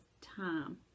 time